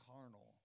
carnal